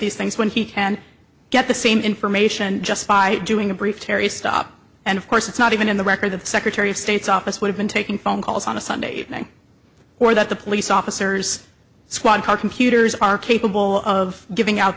these things when he can get the same information just by doing a brief terry stop and of course it's not even in the record that the secretary of state's office would have been taking phone calls on a sunday evening or that the police officers squad car computers are capable of giving out